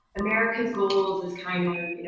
america's goals is kind of,